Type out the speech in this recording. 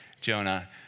Jonah